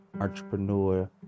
entrepreneur